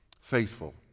Faithful